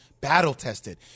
battle-tested